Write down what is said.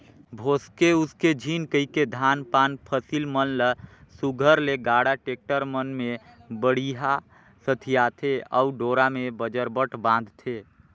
भोसके उसके झिन कहिके धान पान फसिल मन ल सुग्घर ले गाड़ा, टेक्टर मन मे बड़िहा सथियाथे अउ डोरा मे बजरबट बांधथे